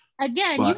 again